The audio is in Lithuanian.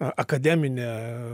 a akademinė